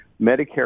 Medicare